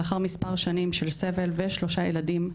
לאחר מספר שנים של סבל ושלושה ילדים,